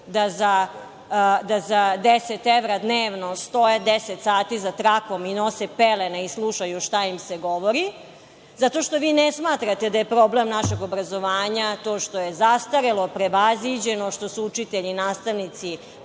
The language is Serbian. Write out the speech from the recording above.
da za 10 evra dnevno stoje 10 sati za trakom i nose pelene i slušaju šta im se govori, zato što vi ne smatrate da je problem našeg obrazovanja to što je zastarelo, prevaziđeno, što su učitelji i nastavnici